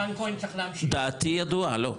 דעתי ידועה, לא.